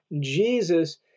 Jesus